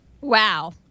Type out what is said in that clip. Wow